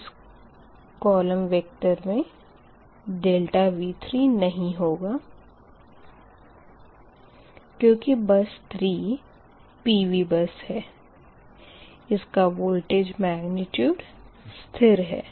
इस column vector में ∆V3 नहीं होगा क्यूँकि बस 3 PV बस है इसका वोल्टेज मेग्निट्यूड स्थिर है